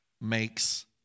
makes